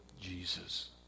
Jesus